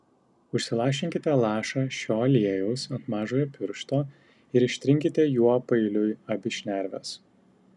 užsilašinkite lašą šio aliejaus ant mažojo piršto ir ištrinkite juo paeiliui abi šnerves